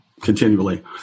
continually